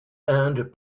and